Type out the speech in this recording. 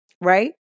Right